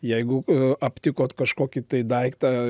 jeigu aptikot kažkokį tai daiktą